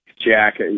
Jack